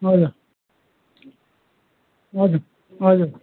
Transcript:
हजुर हजुर हजुर